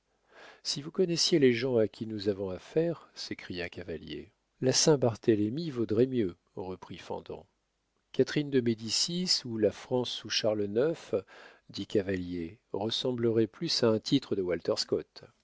si vous connaissiez les gens à qui nous avons affaire s'écria cavalier la saint-barthélemy vaudrait mieux reprit fendant catherine de médicis ou la france sous charles ix dit cavalier ressemblerait plus à un titre de walter scott